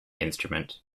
instrument